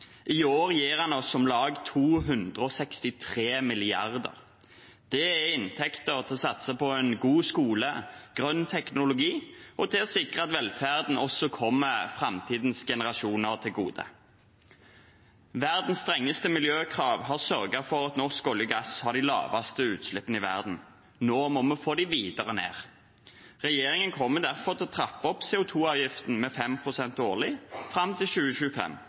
I år gir den oss om lag 263 mrd. kr. Det er inntekter til å satse på en god skole, grønn teknologi og til å sikre at velferden også kommer framtidens generasjoner til gode. Verdens strengeste miljøkrav har sørget for at den norske olje- og gassnæringen har de laveste utslippene i verden. Nå må vi få dem videre ned. Regjeringen kommer derfor til å trappe opp CO2-avgiften med 5 pst. årlig fram til 2025